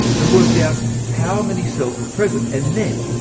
and worked out how many cells were present and then,